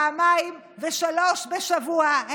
פעמים ושלוש בשבוע,